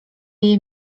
jej